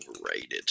overrated